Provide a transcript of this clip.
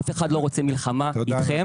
אף אחד לא רוצה מלחמה איתכם,